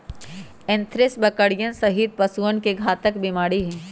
anthrax बकरियन सहित पशुअन के घातक बीमारी हई